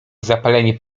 zapalenie